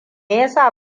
yasa